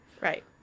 Right